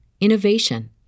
innovation